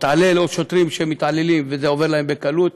או לשוטרים שמתעללים, זה עובר בקלות.